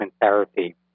therapy